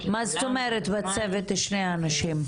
-- מה זאת אומרת בצוות שני אנשים?